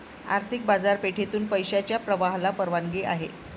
आर्थिक बाजारपेठेतून पैशाच्या प्रवाहाला परवानगी आहे